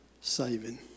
saving